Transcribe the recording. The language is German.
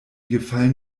gefallen